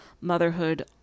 motherhood